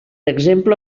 exemple